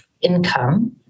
income